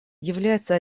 является